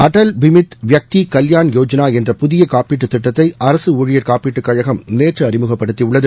அடல் பிமித் வியாக்தி கல்யாண் யோஜனா என்ற புதிய காப்பீட்டுத் திட்டத்தை அரசு ஊழியா் காப்பீட்டுக் கழகம் நேற்று அறிமுகப்படுத்தியுள்ளது